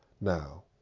Now